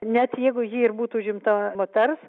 net jeigu ji ir būtų užimta moters